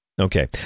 Okay